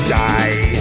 die